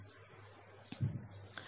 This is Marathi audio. आता कट ऑफ